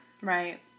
Right